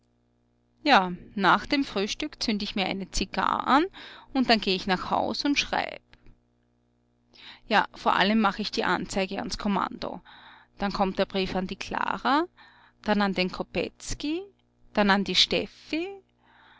ja nach dem frühstück zünd ich mir eine zigarr an und dann geh ich nach haus und schreib ja vor allem mach ich die anzeige ans kommando dann kommt der brief an die klara dann an den kopetzky dann an die steffi